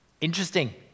Interesting